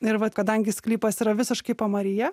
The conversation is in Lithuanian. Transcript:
ir vat kadangi sklypas yra visiškai pamaryje